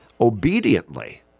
obediently